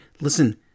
listen